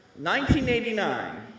1989